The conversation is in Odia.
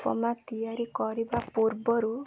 ଉପମା ତିଆରି କରିବା ପୂର୍ବରୁ